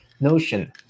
Notion